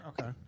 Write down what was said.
Okay